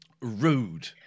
Rude